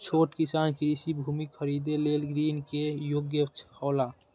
छोट किसान कृषि भूमि खरीदे लेल ऋण के योग्य हौला?